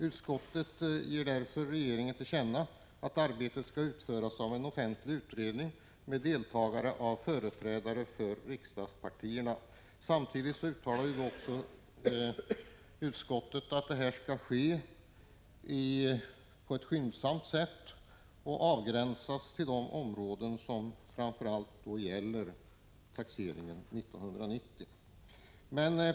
Utskottet ger därför regeringen till känna att arbetet skall utföras av en offentlig utredning med deltagande av företrädare för riksdagspartierna. Samtidigt uttalar utskottet att översynen skall ske på ett skyndsamt sätt och avgränsas till de områden som framför allt gäller taxeringen 1990.